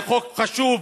זה חוק חשוב,